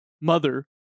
mother